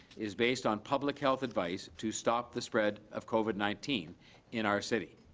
is based on public health advice to stop the spread of covid nineteen in our city.